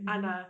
mmhmm